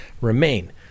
remain